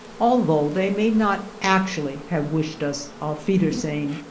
although they may not actually have wished us aufwiedersehn.